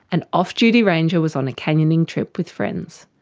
an off-duty ranger was on a canyoning trip with friends.